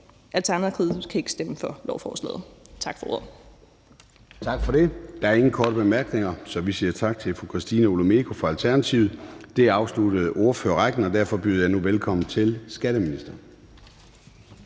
Alternativet kan ikke stemme for lovforslaget. Tak for ordet. Kl. 23:37 Formanden (Søren Gade): Tak for det. Der er ingen korte bemærkninger, så vi siger tak til fru Christina Olumeko fra Alternativet. Det afsluttede ordførerrækken, og derfor byder jeg nu velkommen til til skatteministeren.